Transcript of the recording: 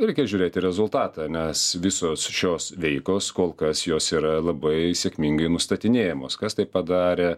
reikia žiūrėti į rezultatą nes visos šios veikos kol kas jos yra labai sėkmingai nustatinėjamos kas tai padarė